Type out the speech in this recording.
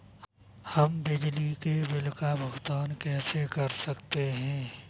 हम बिजली के बिल का भुगतान कैसे कर सकते हैं?